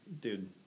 dude